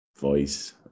voice